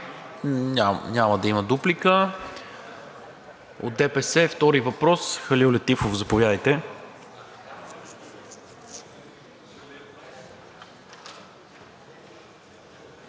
Няма да има дуплика. От ДПС втори въпрос. Халил Летифов, заповядайте.